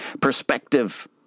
Perspective